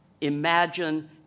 imagine